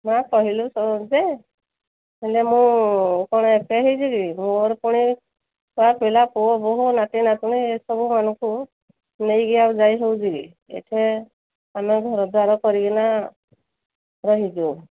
ମା କହିଲୁ ଯେ ହେଲେ ମୁଁ କ'ଣ ଏକା ହୋଇଛିକି ମୋର ପୁଣି ଛୁଆ ପିଲା ପୁଅ ବୋହୂ ନାତି ନାଚୁଣୀ ଏସବୁମାନଙ୍କୁ ନେଇକି ଆଉ ଯାଇ ହେଉଛି ଏଠି ଆମେ ଘରଦ୍ୱାର କରିକିନା ରହିଛୁ